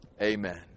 Amen